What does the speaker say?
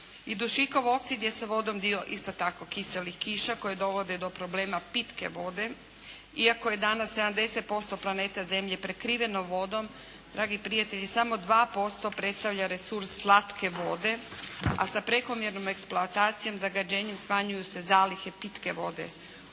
dušikov oksid je sa vodom dio isto tako kiselih kiša koje dovode do problema pitke vode, iako je danas 70% planeta Zemlje prekriveno vodom, dragi prijatelji, samo 2% predstavlja resurs slatke vode, a sa prekomjernom eksploatacijom, zagađenjem smanjuju se zalihe pitke vode.